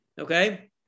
Okay